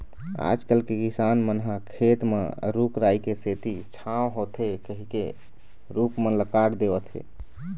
आजकल के किसान मन ह खेत म रूख राई के सेती छांव होथे कहिके रूख मन ल काट देवत हें